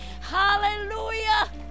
Hallelujah